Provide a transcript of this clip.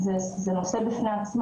זה נושא מאוד מאוד מורכב בפני עצמו,